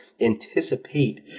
anticipate